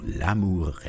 L'Amour